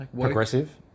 Progressive